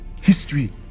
History